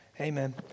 Amen